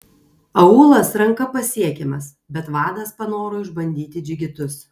aūlas ranka pasiekiamas bet vadas panoro išbandyti džigitus